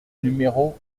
numéro